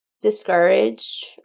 discouraged